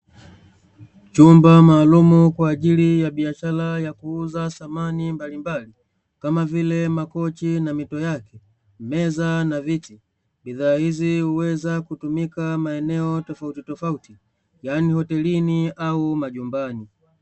Chumba maalumu kwa ajili ya biashara ya kuuza samani mbalimbali kama vile makochi na mito yake, meza na viti. Bidhaa hizi huweza kutumika maeneo tofautitofauti yaani hotelini au majumbani.